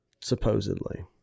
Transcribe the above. Supposedly